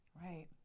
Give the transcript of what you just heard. Right